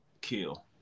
kill